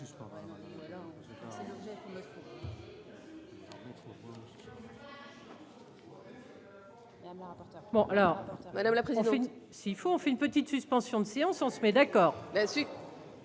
madame la prison s'il faut en fait une petite suspension de séance, on se met d'accord.